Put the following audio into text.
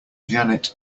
janet